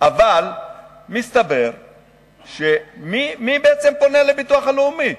אבל מי בעצם פונה לביטוח הלאומי?